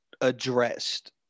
addressed